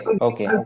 okay